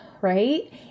Right